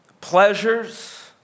pleasures